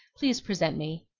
please present me.